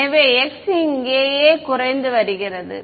எனவே x இங்கேயே குறைந்து வருகிறது